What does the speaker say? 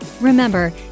remember